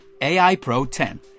AIPRO10